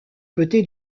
côté